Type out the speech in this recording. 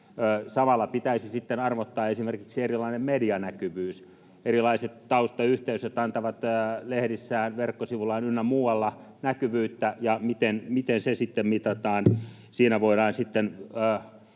Samalla pitäisi sitten arvottaa esimerkiksi erilainen medianäkyvyys. Erilaiset taustayhteisöt antavat lehdissään, verkkosivuillaan ynnä muualla näkyvyyttä, ja miten se sitten mitataan? Siinä voidaan ikään